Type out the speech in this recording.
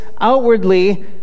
Outwardly